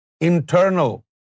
internal